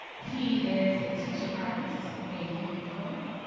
he is a teaching artist, a youth poet.